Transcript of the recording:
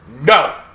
No